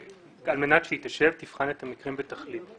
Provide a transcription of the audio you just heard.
על מנת שהיא תשב, תבחן את המקרים ותחליט.